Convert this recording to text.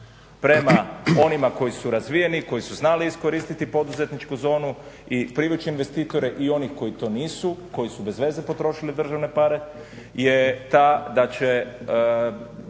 prema onima koji su razvijeni, koji su znali iskoristiti poduzetničku zonu i privući investitore i one koji to nisu, koji su bezveze potrošili državne pare je ta da će